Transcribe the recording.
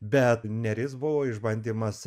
bet neris buvo išbandymas